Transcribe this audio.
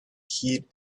heat